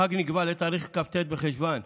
החג נקבע לתאריך כ"ט בחשוון,